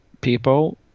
people